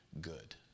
good